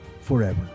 forever